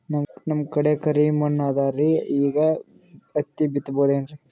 ನಮ್ ಕಡೆ ಕರಿ ಮಣ್ಣು ಅದರಿ, ಈಗ ಹತ್ತಿ ಬಿತ್ತಬಹುದು ಏನ್ರೀ?